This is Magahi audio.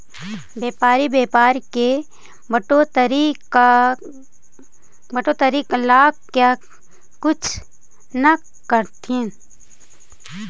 व्यापारी व्यापार में बढ़ोतरी ला क्या कुछ न करथिन